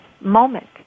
moment